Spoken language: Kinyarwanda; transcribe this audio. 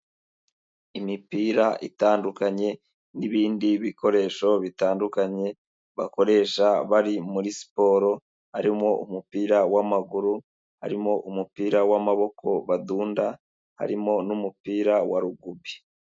Imipira itandukanye n'ibindi bikoresho bitandukanye, bakoresha bari muri siporo, harimo umupira w'amaguru, harimo umupira w'amaboko badunda, harimo n'umupira wa rugubi.